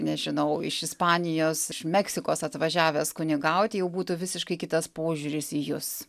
nežinau iš ispanijos meksikos atvažiavęs kunigauti jau būtų visiškai kitas požiūris į jus